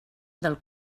del